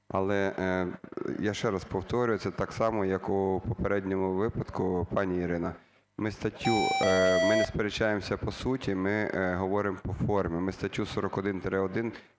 Але я ще раз повторюю, це так само, як у попередньому випадку. Пані Ірино, ми статтю, ми не сперечаємося по суті, ми говоримо по формі, ми статтю 41-1